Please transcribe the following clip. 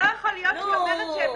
שלא יכול להיות ש- -- נו,